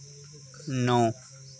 नौ